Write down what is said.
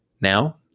Now